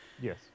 Yes